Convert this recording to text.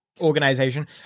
organization